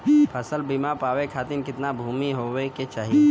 फ़सल बीमा पावे खाती कितना भूमि होवे के चाही?